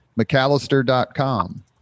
McAllister.com